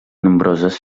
nombroses